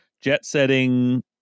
jet-setting